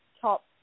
top